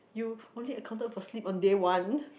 you only accounted for sleep on day one